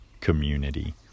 community